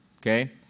Okay